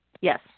Yes